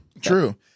True